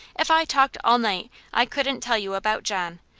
if i talked all night i couldn't tell you about john.